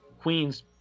queens